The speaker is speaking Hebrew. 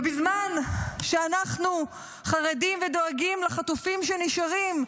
ובזמן שאנחנו חרדים דואגים לחטופים שנשארים,